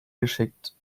geschickt